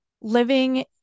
living